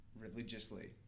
religiously